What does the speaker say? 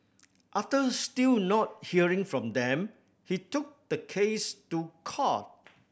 after still not hearing from them he took the case to court